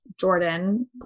Jordan